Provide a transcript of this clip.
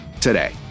today